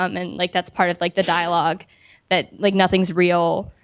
um and like, that's part of like the dialogue that like nothing's real,